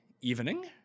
evening